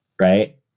right